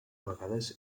vegades